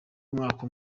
umwaka